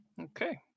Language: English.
Okay